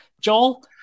Joel